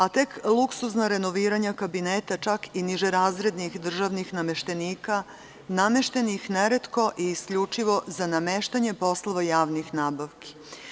A tek luksuzna renoviranja kabineta, čak i nižerazrednih državnih nameštenika, nameštenih neretko i isključivo za nameštanje poslova javnih nabavki.